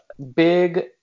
Big